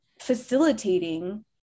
facilitating